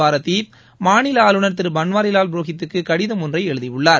பாரதி மாநில ஆளுநர் திரு பன்வாரிலால் புரோகித்துக்கு கடிதம் ஒன்றை எழுதியுள்ளார்